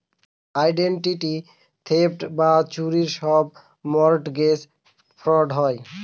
identity theft বা চুরির সব মর্টগেজ ফ্রড হয়